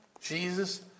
Jesus